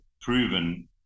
proven